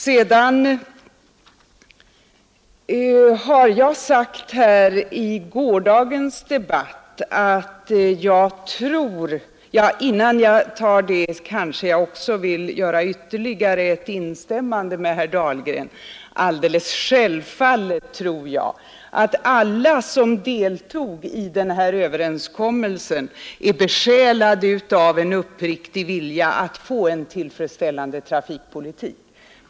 Sedan vill jag göra ytterligare ett instämmande i herr Dahlgrens anförande. Alldeles självfallet tror jag att alla som deltog i den berörda överenskommelsen är besjälade av en uppriktig vilja att få en tillfredställande trafikpolitik.